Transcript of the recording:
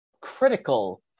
critical